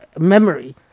memory